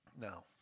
No